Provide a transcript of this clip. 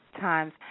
times